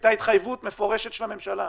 הייתה התחייבות מפורשת של הממשלה,